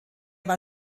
war